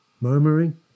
Murmuring